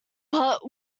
but